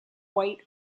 white